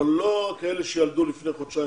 אבל לא כאלה שילדו לפני חודשיים-שלושה.